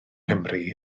nghymru